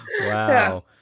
Wow